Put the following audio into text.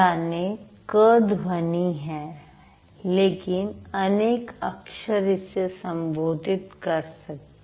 याने क ध्वनि है लेकिन अनेक अक्षर इसे संबोधित कर सकते हैं